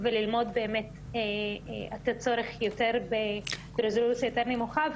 וללמוד באמת את הצורך יותר ברזולוציה יותר נמוכה,